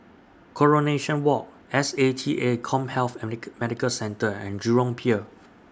Coronation Walk S A T A Commhealth Medical Centre and Jurong Pier